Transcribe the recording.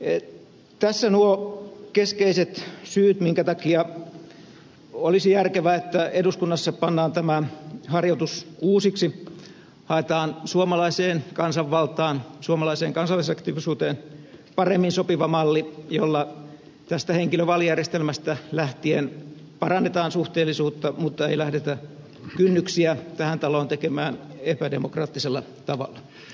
tässä nuo keskeiset syyt minkä takia olisi järkevää että eduskunnassa pannaan tämä harjoitus uusiksi haetaan suomalaiseen kansanvaltaan suomalaiseen kansalaisaktiivisuuteen paremmin sopiva malli jolla tästä henkilövaalijärjestelmästä lähtien parannetaan suhteellisuutta mutta ei lähdetä kynnyksiä tähän taloon tekemään epädemokraattisella tavalla